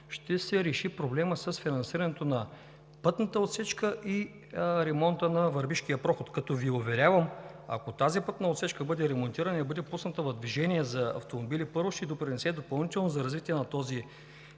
ще се реши проблемът с финансирането на пътната отсечка и ремонта на Върбишкия проход, като Ви уверявам, ако тази пътна отсечка бъде ремонтирана и бъде пусната за движение на автомобили, първо, ще допринесе допълнително за развитие на този